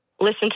Listen